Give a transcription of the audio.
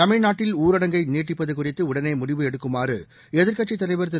தமிழ்நாட்டில் ஊரடங்கை நீட்டிப்பது குறித்து உடனே முடிவு எடுக்குமாறு எதிர்க்கட்சித் தலைவர் திரு